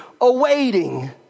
Awaiting